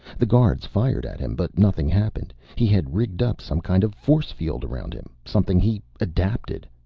the guards fired at him, but nothing happened. he had rigged up some kind of force field around him. something he adapted.